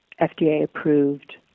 FDA-approved